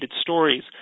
stories